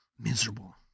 miserable